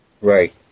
Right